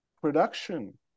production